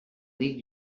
dic